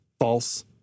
false